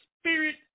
Spirit